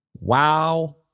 wow